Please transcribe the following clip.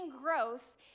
growth